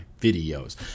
videos